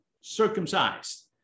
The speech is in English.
circumcised